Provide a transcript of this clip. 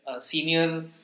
senior